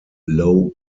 low